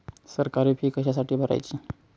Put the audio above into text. सरकारी फी कशासाठी भरायची